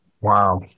wow